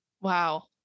Wow